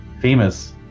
famous